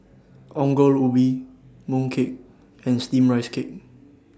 Ongol Ubi Mooncake and Steamed Rice Cake